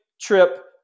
trip